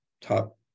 top